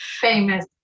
Famous